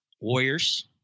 Warriors